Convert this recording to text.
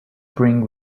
bring